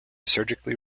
surgically